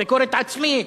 ביקורת עצמית,